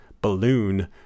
balloon